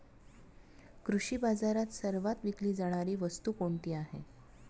कृषी बाजारात सर्वात विकली जाणारी वस्तू कोणती आहे?